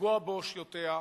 לפגוע באושיותיה,